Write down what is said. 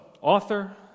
author